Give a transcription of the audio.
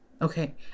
Okay